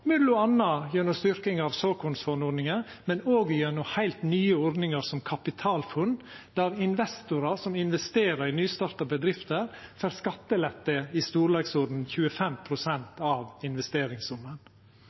gjennom styrking av såkornfondordninga og gjennom heilt nye ordningar, som Kapitalfunn, der investorar som investerer i nystarta bedrifter, får skattelette i storleiksordenen 25